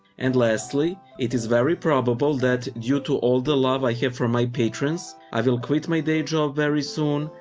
and lastly it is very probable that due to all the love i have for my patrons, i will quit my day job very soon,